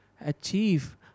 achieve